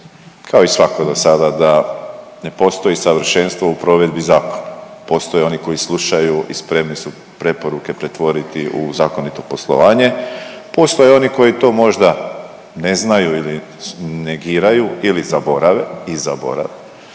kao i svako do sada da ne postoji savršenstvo u provedbi zakona. Postoje oni koji slušaju i spremni su preporuke pretvoriti u zakonito poslovanje, postoje oni koji to možda ne znaju ili negiraju ili zaborave i zaborave